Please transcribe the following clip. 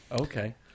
okay